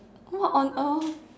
what on earth